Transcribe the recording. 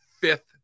fifth